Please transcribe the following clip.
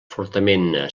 fortament